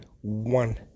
one